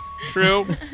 True